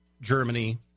Germany